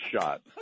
shot